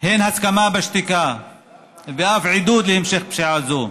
היא הסכמה בשתיקה ואף עידוד להמשך פשיעה זו.